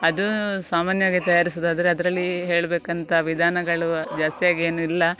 ಅದು ಸಾಮಾನ್ಯವಾಗಿ ತಯಾರಿಸುವುದಾದ್ರೆ ಅದ್ರಲ್ಲಿ ಹೇಳಬೇಕಂತ ವಿಧಾನಗಳು ಜಾಸ್ತಿಯಾಗಿ ಏನು ಇಲ್ಲ